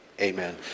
Amen